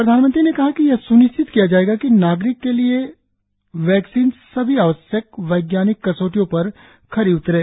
प्रधानमंत्री ने कहा कि यह सुनिश्चित किया जाएगा कि नागरिकों के लिए वैक्सीन सभी आवश्यक वैज्ञानिक कसोटियों पर खरी उतरे